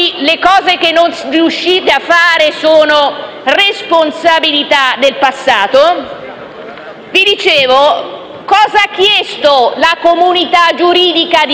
le cose che non riuscite a fare sono considerate responsabilità del passato. Che cosa ha chiesto la comunità giuridica di